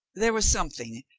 there was something,